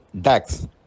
Dax